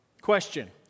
Question